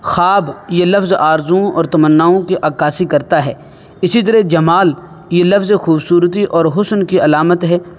خواب یہ لفظ آرزوں اور تمناؤں کی عکاسی کرتا ہے اسی طرح جمال یہ لفظ خوبصورتی اور حسن کی علامت ہے